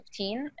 2015